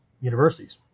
universities